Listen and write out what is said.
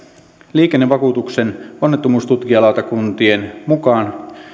liikennevakuutuskeskuksen onnettomuustutkintalautakuntien mukaan